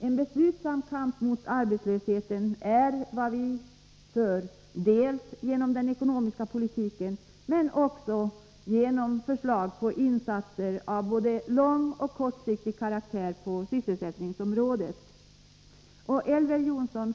En beslutsam kamp mot arbetslösheten är vad vi för dels genom den ekonomiska politiken, dels genom förslag om insatser av både långoch kortsiktig karaktär på sysselsättningsområdet. Elver Jonsson!